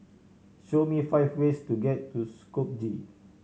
show me five ways to get to Skopje